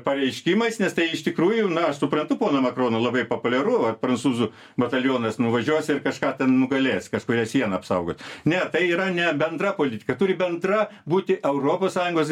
pareiškimais nes tai iš tikrųjų na aš suprantu pono makrono labai populiaru ar prancūzų batalionas nuvažiuos ir kažką ten nugalės kažkurią sieną apsaugot ne tai yra ne bendra politika turi bendra būti europos sąjungos